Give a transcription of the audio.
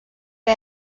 que